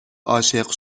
عاشق